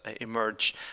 emerge